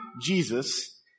Jesus